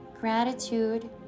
gratitude